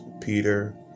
Peter